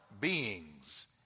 beings